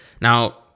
Now